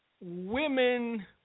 women